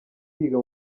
yiga